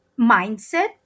mindset